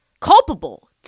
culpable